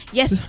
Yes